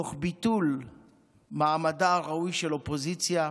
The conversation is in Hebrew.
תוך ביטול מעמדה הראוי של אופוזיציה,